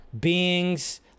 beings